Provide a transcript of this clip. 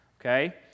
okay